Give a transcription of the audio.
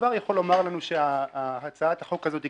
כבר יכול לומר לנו שהצעת החוק הזו היא